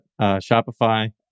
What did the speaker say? Shopify